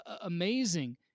amazing